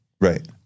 Right